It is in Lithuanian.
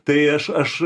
tai aš aš